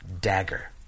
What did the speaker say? dagger